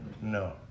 No